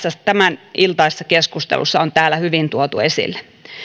tämäniltaisessa keskustelussa on täällä hyvin tuotu esille